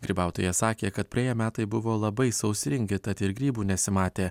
grybautoja sakė kad praėję metai buvo labai sausringi tad ir grybų nesimatė